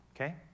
Okay